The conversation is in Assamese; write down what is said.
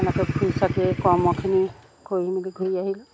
এনেকৈ ফুৰি চাকি কৰ্মখিনি কৰি মেলি ঘূৰি আহিলোঁ